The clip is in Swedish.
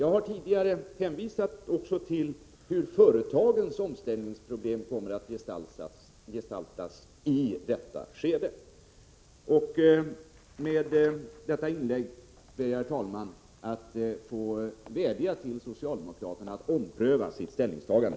Jag har tidigare också beskrivit hur företagens omställningsproblem kommer att gestaltas. Med detta inlägg vill jag, herr talman, vädja till socialdemokraterna att ompröva sitt ställningstagande.